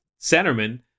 centerman